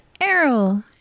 Errol